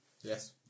Yes